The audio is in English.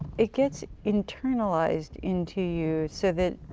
it gets internalized into you so that